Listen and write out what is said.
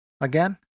again